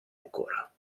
ancora